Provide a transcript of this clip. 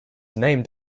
named